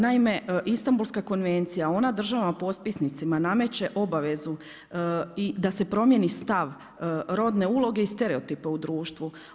Naime, Istambulska konvencija, ona državama potpisnicima nameće obavezu i da se promijeni stav rodne uloge i stereotipa u društvu.